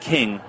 King